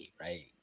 Right